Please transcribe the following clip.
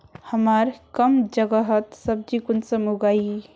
हमार कम जगहत सब्जी कुंसम उगाही?